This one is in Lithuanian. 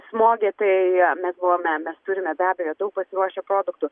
smogė tai mes buvome mes turime be abejo daug pasiruošę produktų